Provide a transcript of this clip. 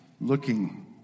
looking